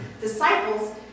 disciples